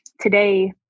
Today